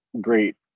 great